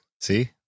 See